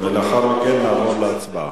לאחר מכן נעבור להצבעה.